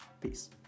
Peace